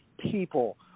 people